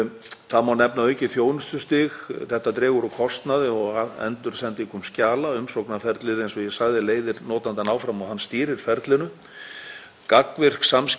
Gagnvirk samskipti verða komin, spjallmenn og netspjall á opnunartíma. Afgreiðslutími styttist verulega og sjálfsafgreiðsla er í rauntíma á tilteknum umsóknum.